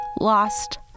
lost